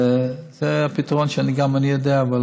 זה הפתרון שגם אני יודע לומר,